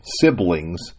siblings